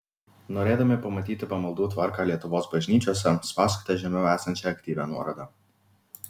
norėdami pamatyti pamaldų tvarką lietuvos bažnyčiose spauskite žemiau esančią aktyvią nuorodą